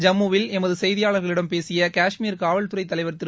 ஜம்முவில் எமது செய்தியாளர்களிடம் பேசிய காஷ்மீர் காவல்துறை தலைவர் திரு